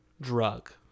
drug